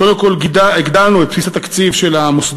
קודם כול הגדלנו את בסיס התקציב של המוסדות,